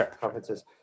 conferences